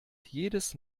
jedes